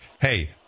hey